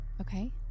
Okay